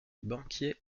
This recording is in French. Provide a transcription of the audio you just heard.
banquier